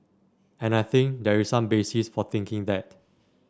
and I think there is some basis for thinking that